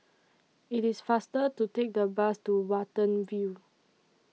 IT IS faster to Take The Bus to Watten View